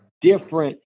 different